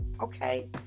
okay